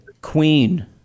queen